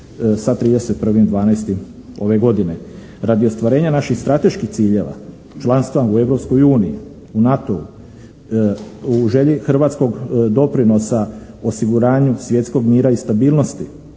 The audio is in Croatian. sa 31.12. ove godine. Radi ostvarenja naših strateških ciljeva, članstva u Europskoj uniji, u NATO-u, u želji hrvatskog doprinosa osiguranju svjetskog mira i stabilnosti,